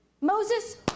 Moses